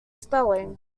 spelling